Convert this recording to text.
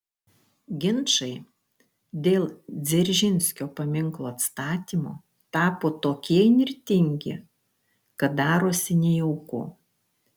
ginčai dėl dzeržinskio paminklo atstatymo tapo tokie įnirtingi kad darosi nejauku